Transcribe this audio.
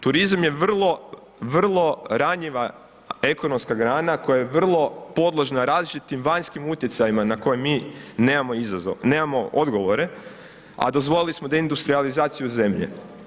Turizam je vrlo ranjiva ekonomska grana koja je vrlo podložna različitim vanjskim utjecajima na koje mi nemamo odgovore a dozvolili smo deindustrijalizaciju zemlje.